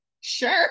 sure